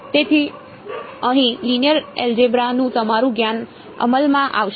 તેથી અહીં linear algebra નું તમારું જ્ઞાન અમલમાં આવશે